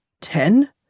Ten